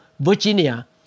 Virginia